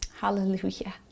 Hallelujah